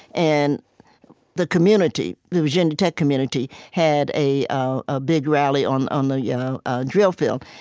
and the community, the virginia tech community, had a ah ah big rally on on the you know ah drill field,